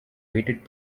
waited